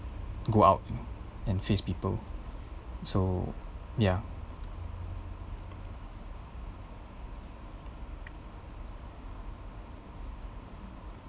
go out and face people so ya